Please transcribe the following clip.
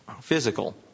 Physical